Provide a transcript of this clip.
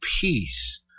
peace